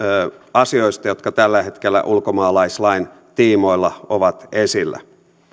asioista jotka tällä hetkellä ulkomaalaislain tiimoilta ovat esillä